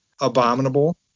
Abominable